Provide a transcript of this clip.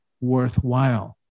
worthwhile